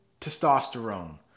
testosterone